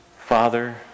Father